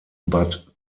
bad